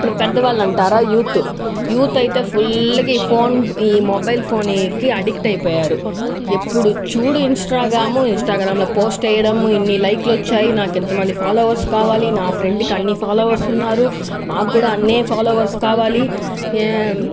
ఇప్పుడు పెద్దవాలంటారా youth youth అయితే ఫుల్గా ఈ ఫోన్ ఈ మొబైల్ ఫోన్కి ఆడిక్ట్ అయిపోయారు ఎప్పుడు చూడు ఇంస్టాగ్రామ్ ఇంస్టాగ్రామ్లో పోస్ట్ వేయడం ఇన్ని లైక్లు వచ్చాయి నాకు ఇంతమంది ఫాలోవర్స్ కావాలి నా ఫ్రెండ్కు అని ఫాలోవర్స్ ఉన్నారు నాకు కూడా అన్నే ఫాలోవర్స్ఏ కావాలి ఆ